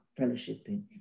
fellowshipping